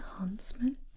enhancement